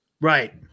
Right